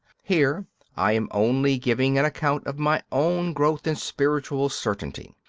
here i am only giving an account of my own growth in spiritual certainty.